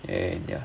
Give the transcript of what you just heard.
and ya